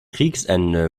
kriegsende